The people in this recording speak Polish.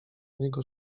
niego